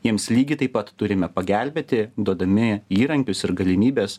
jiems lygiai taip pat turime pagelbėti duodami įrankius ir galimybes